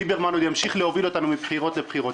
ליברמן עוד ימשיך להוביל אותנו מבחירות לבחירות.